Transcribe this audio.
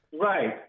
right